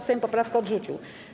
Sejm poprawkę odrzucił.